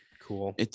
cool